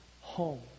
home